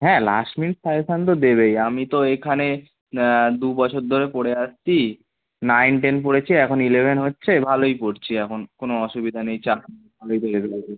হ্যাঁ last minute suggestion তো দেবেই আমি তো এখানে দু বছর ধরে পড়ে আসছি নাইন টেন পড়েছি এখন ইলেভেন হচ্ছে ভালোই পড়ছি এখন কোনো অসুবিধা নেই চাপ নেই ভালো